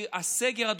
כי הסגר השלישי,